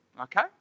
okay